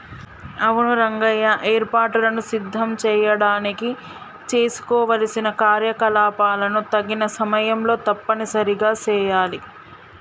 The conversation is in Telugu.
అవును రంగయ్య ఏర్పాటులను సిద్ధం చేయడానికి చేసుకోవలసిన కార్యకలాపాలను తగిన సమయంలో తప్పనిసరిగా సెయాలి